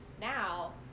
now